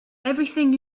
everything